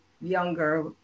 younger